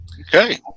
Okay